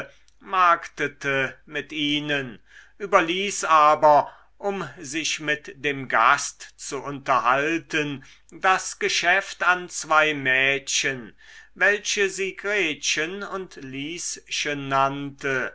marktete mit ihnen überließ aber um sich mit dem gast zu unterhalten das geschäft an zwei mädchen welche sie gretchen und lieschen nannte